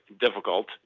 difficult